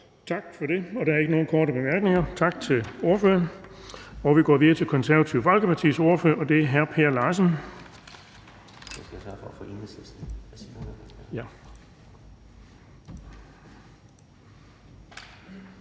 Tak for det. Der er ikke nogen korte bemærkninger. Tak til ordføreren. Vi går videre til Konservative Folkepartis ordfører, og det er hr. Per Larsen.